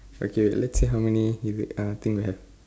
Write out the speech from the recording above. okay let's see how many இது:ithu uh thing we have